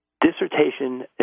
dissertation